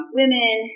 women